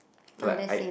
like I